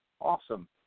Awesome